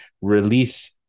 release